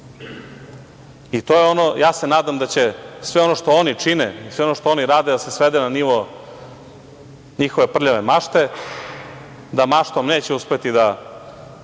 je ono, ja se nadam da će sve ono što oni čine, sve ono što oni rade da se svede na nivo njihove prljave mašte, da maštom neće uspeti da